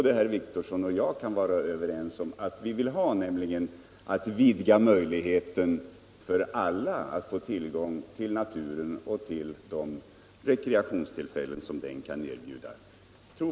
Men herr Wictorsson och jag kan väl vara ense om att vad vi vill är att vidga möjligheterna för alla att få tillgång till naturen och den rekreation som den kan erbjuda.